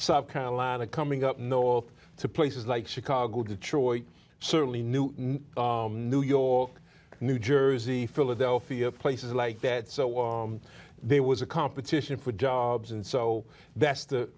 south carolina coming up north to places like chicago detroit certainly new new york new jersey philadelphia places like that so there was a competition for jobs and so that's the